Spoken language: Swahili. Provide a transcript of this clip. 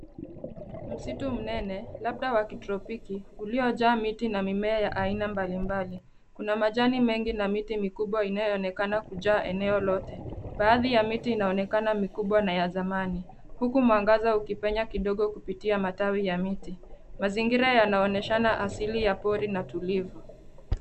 Msitu mnene labda wa kitropiki ,uliojaa miti na mimea mbalimbali. Kuna majani mengi na miti mikubwa inayoonekana kujaa eneo lote .Baadhi ya miti inaonekana kama mikubwa na ya zamani huku mwangaza ukipenya kidogo kupitia matawi ya miti. Mazingira yanaoneshana asili ya pori na ya tulivu.